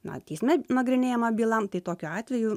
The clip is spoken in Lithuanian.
na teisme nagrinėjama byla tai tokiu atveju